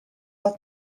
del